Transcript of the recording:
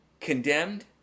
condemned